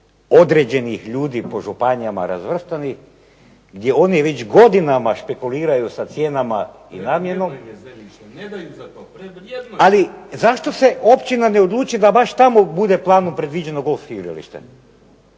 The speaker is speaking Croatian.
određenih ljudi po županijama razvrstani gdje oni već godinama špekuliraju sa cijenama i namjenom … /Upadica se ne razumije./… Ali zašto se općina ne odluči da baš tamo bude planom predviđeno golf igralište?